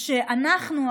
אנחנו,